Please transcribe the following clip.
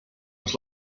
was